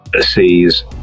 sees